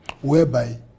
whereby